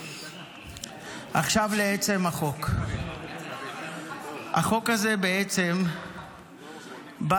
עכשיו לעצם החוק: החוק הזה בעצם בא